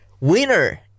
Winner